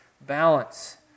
balance